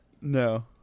No